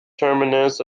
terminus